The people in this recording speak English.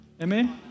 amen